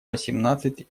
восемнадцать